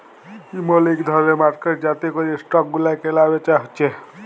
ইমল ইক ধরলের মার্কেট যাতে ক্যরে স্টক গুলা ক্যালা বেচা হচ্যে